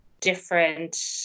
different